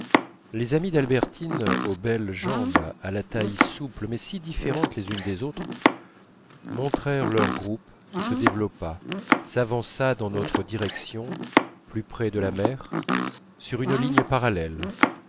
les amies d'albertine aux belles jambes à la taille souple mais si différentes les unes des autres montrèrent leur groupe qui se développa s'avançant dans notre direction plus près de la mer sur une ligne parallèle